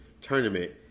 tournament